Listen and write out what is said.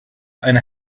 eine